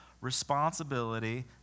responsibility